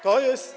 To jest.